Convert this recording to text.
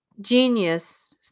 genius